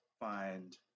find